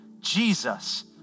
Jesus